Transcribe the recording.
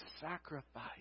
sacrifice